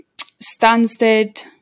Stansted